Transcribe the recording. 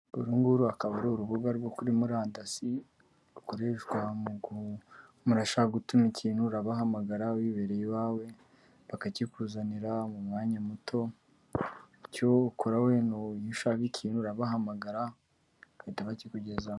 Uru nguru akaba ari urubuga rwo kuri murandasi, rukoreshwa mu gushaka gutuma ikintu urabahamagara wiberaye iwawe bakakikuzanira mu mwanya muto. cyokora wenda iyo uhisha ikintu urabahamagara bagahita bakikugezaho.